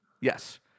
Yes